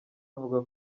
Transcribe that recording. avuga